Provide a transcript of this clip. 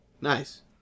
nice